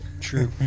True